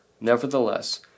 Nevertheless